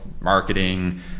marketing